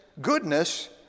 goodness